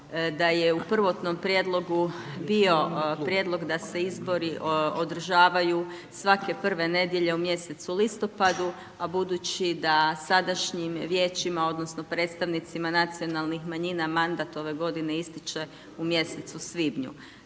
da je u prvotnom prijedlogu bio prijedlog da se izbori održavaju svake prve nedjelje u mjesecu listopadu, a budući da sadašnjim vijećima odnosno predstavnicima nacionalnih manjina mandat ove godine ističe u mjesecu svibnju,